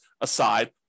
aside